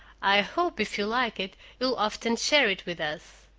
i hope, if you like it, you'll often share it with us.